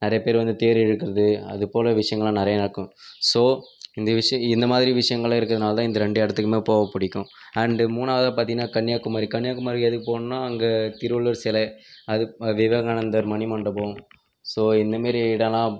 நிறைய பேர் வந்து தேர் இழுக்கிறது அது போல விஷயங்கள்லாம் நிறைய நடக்கும் ஸோ இந்த விஷய இந்தமாதிரி விஷயங்கள்லான் இருக்கிறதுனால தான் இந்த ரெண்டு இடத்துக்குமே போக பிடிக்கும் அண்ட் மூணாவதாக பார்த்திங்கன்னா கன்னியாகுமரி கன்னியாகுமரிக்கு எதுக்கு போகணுன்னா அங்கே திருவள்ளுவர் சிலை அதுக் விவேகானந்தர் மணிமண்டபம் ஸோ இந்தமாதிரி இடம்லா